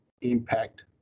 impact